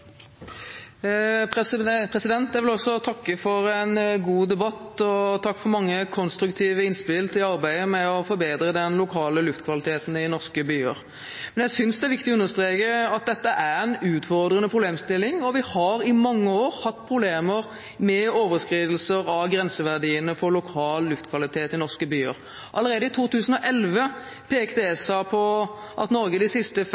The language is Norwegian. Jeg vil også takke for en god debatt og for mange konstruktive innspill til arbeidet med å forbedre den lokale luftkvaliteten i norske byer. Men jeg synes det er viktig å understreke at dette er en utfordrende problemstilling, og vi har i mange år hatt problemer med overskridelser av grenseverdiene for lokal luftkvalitet i norske byer. Allerede i 2011 pekte ESA på at Norge de siste